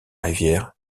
rivière